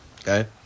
okay